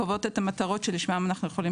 קובעות את המטרות שלשמם אנחנו יכולים